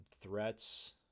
threats